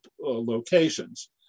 locations